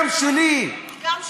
גם שלי, היא גם שלך.